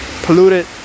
polluted